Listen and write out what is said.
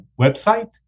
website